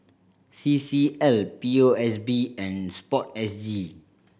C C L P O S B and SPORTSG